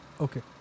okay